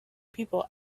people